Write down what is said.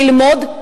ללמוד,